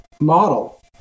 Model